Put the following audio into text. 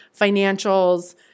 financials